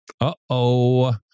Uh-oh